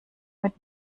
mit